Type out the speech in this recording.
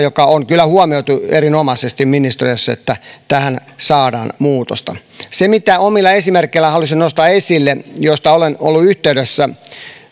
ja se on kyllä huomioitu erinomaisesti ministeriössä että tähän saadaan muutosta se mitä omilla esimerkeillä haluaisin nostaa esille ja mistä olen ollut yhteydessä